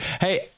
Hey